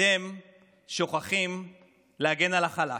אתם שוכחים להגן על החלש,